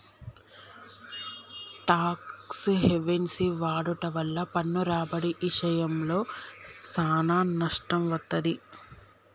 talks havens వాడుట వల్ల పన్ను రాబడి ఇశయంలో సానా నష్టం వత్తది